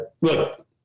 Look